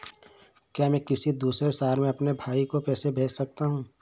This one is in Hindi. क्या मैं किसी दूसरे शहर में अपने भाई को पैसे भेज सकता हूँ?